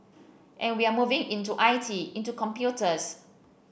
and we're moving into I T into computers